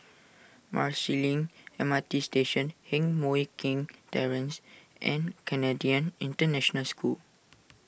Marsiling M R T Station Heng Mui Keng Terrace and Canadian International School